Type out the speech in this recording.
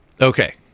Okay